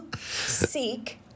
seek